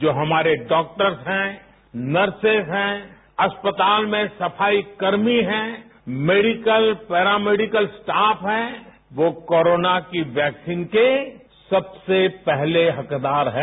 जो हमारे डाक्टर्स हैं नर्सिस हैं अस्पताल में सफाई कर्मी हैं मेडिकल पेरामैडिकल स्टॉफ हैं वो कोरोना की वैक्सीन के सबसे पहले हकदार हैं